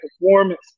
performance